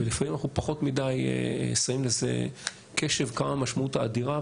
ולפעמים אנחנו פחות מדי שמים קשב כמה משמעות אדירה,